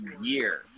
year